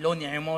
לא נעימות,